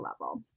level